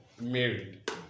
married